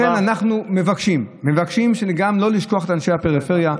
לכן אנחנו מבקשים גם לא לשכוח את אנשי הפריפריה,